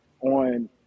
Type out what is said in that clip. on